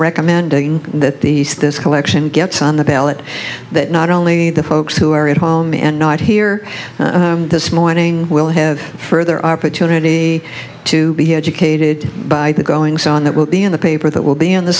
recommending that these this collection gets on the ballot that not only the folks who are at home and not here this morning will have further opportunity to be educated by the goings on that will be in the paper that will be on the